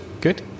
good